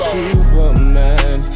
Superman